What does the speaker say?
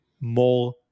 more